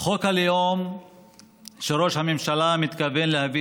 חוק הלאום שראש הממשלה מתכוון להביא